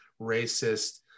racist